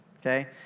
okay